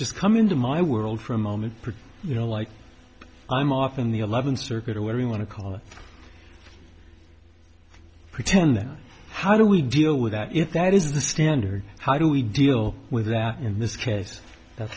just come into my world for a moment pretty you know like i'm off in the eleventh circuit or where we want to call it pretend how do we deal with that if that is the standard how do we deal with that in this case that